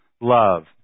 love